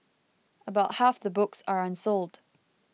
about half the books are unsold